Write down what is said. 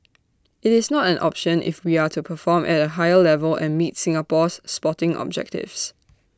IT is not an option if we are to perform at A higher level and meet Singapore's sporting objectives